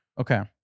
Okay